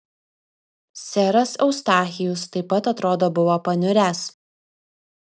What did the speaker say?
seras eustachijus taip pat atrodo buvo paniuręs